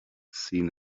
seen